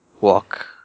walk